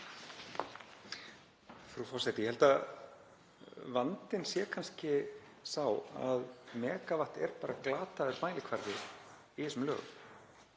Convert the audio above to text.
Frú forseti. Ég held að vandinn sé kannski sá að megavött er glataður mælikvarði í þessum lögum.